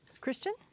Christian